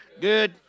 good